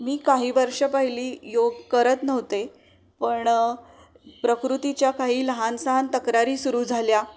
मी काही वर्ष पहिली योग करत नव्हते पण प्रकृतीच्या काही लहान सहान तक्रारी सुरू झाल्या